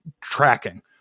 tracking